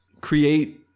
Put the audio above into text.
create